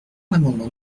l’amendement